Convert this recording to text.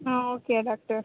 ah okay doctor